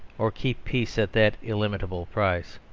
or keep peace at that illimitable price?